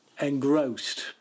engrossed